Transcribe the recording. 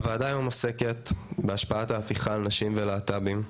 הוועדה היום עוסקת בהשפעת ההפיכה על נשים ולהט"בים.